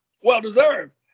well-deserved